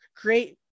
great